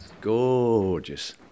gorgeous